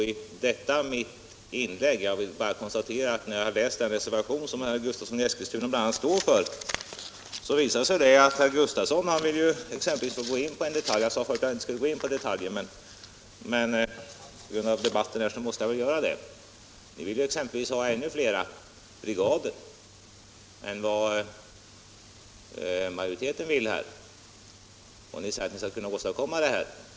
I den reservation som bl.a. herr Gustavsson i Eskilstuna har undertecknat, föreslår ni —- för att nu med anledning av denna debatt gå in på en detalj, även om jag tidigare sade att jag inte skulle göra det — ännu fler brigader än majoriteten. Ni säger er också kunna åstadkomma detta.